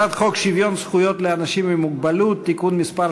הצעת חוק שוויון זכויות לאנשים עם מוגבלות (תיקון מס'